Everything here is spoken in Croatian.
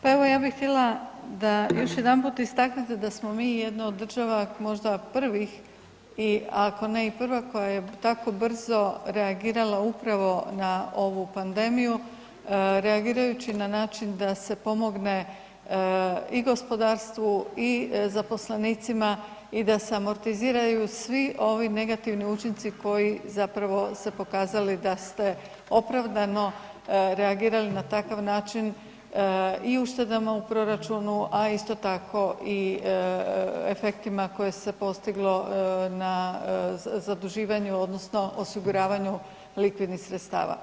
Pa evo ja bi htjela da još jedanput istaknete da smo mi jedna od država možda prvih ako ne i prva koja je tako brzo reagirala upravo na ovu pandemiju, reagirajući na način da se pomogne i gospodarstvu i zaposlenicima i da se amortiziraju svi oni negativni učinci koji zapravo se pokazali da ste opravdano reagirali na takav način i uštedama u proračunu a isto tako efektima koje se postiglo na zaduživanju odnosno osiguravaju likvidnih sredstava.